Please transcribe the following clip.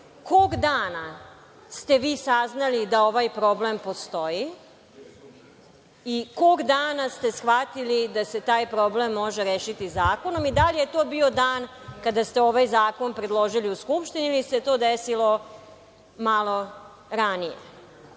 kog dana ste vi saznali da ovaj problem postoji i kog dana ste shvatili da se taj problem može rešiti zakonom i da li je to bio dan kada ste ovaj zakon predložili u Skupštini ili se to desilo malo ranije? Drugo